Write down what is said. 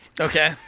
Okay